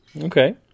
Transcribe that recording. Okay